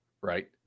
right